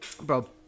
bro